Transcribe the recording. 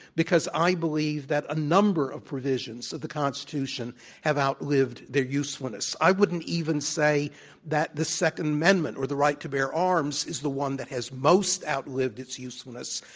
because i believe that a number of provisions of the constitution have outlived their usefulness. i wouldn't even say that the second amendment or the right to bear arms is the one that has most outlived its usefulness,